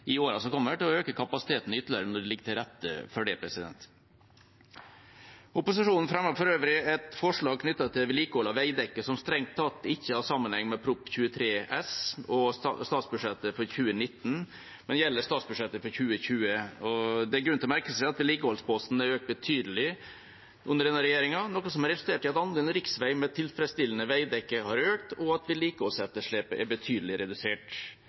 i årene som kommer, til å øke kapasiteten ytterligere om det ligger til rette for det. Opposisjonen fremmer for øvrig et forslag knyttet til vedlikehold av veidekke, som strengt tatt ikke har sammenheng med Prop. 23 S for 2019–2020 og statsbudsjettet for 2019, men gjelder statsbudsjettet for 2020. Det er grunn til å merke seg at vedlikeholdsposten er økt betydelig under denne regjeringa, noe som har resultert i at andelen riksvei med tilfredsstillende veidekke har økt, og at vedlikeholdsetterslepet er betydelig redusert.